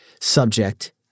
subject